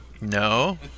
No